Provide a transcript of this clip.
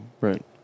Right